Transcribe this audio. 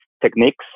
techniques